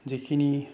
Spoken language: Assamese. যিখিনি